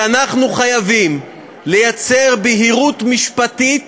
אנחנו חייבים לייצר בהירות משפטית